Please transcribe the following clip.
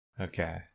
Okay